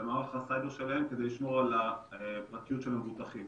במערך הסייבר שלהם כדי לשמור על הפרטיות של המבוטחים.